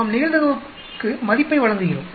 நாம் நிகழ்தகவுக்கு மதிப்பை வழங்குகிறோம்